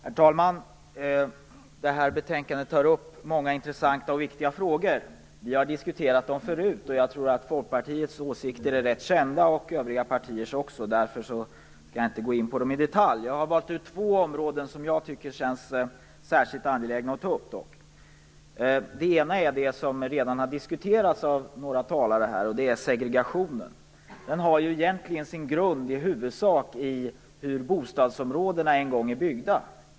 Herr talman! Det här betänkandet upptar många intressanta och viktiga frågor. Vi har diskuterat dem förut, och jag tror att Folkpartiets åsikter är kända, liksom övriga partiers. Därför skall jag inte gå in på dem i detalj. Jag har valt ut två områden som jag tycker känns särskilt angelägna att ta upp. Det ena området är det som redan har diskuterats av några talare, och det är segregationen. Den har egentligen sin grund i huvudsak i hur bostadsområdena en gång byggdes.